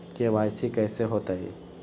KYC कैसे होतई?